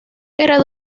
era